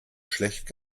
schlecht